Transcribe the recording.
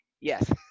Yes